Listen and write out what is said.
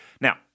Now